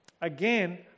Again